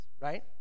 Right